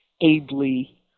ably